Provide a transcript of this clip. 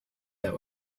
that